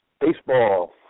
Baseball